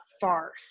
farce